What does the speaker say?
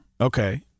Okay